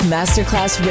Masterclass